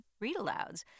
read-alouds